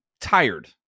tired